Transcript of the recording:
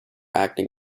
acting